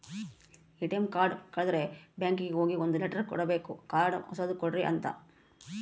ATM card ಕಳುದ್ರೆ ಬ್ಯಾಂಕಿಗೆ ಹೋಗಿ ಒಂದ್ ಲೆಟರ್ ಕೊಡ್ಬೇಕು ಕಾರ್ಡ್ ಹೊಸದ ಕೊಡ್ರಿ ಅಂತ